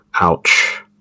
ouch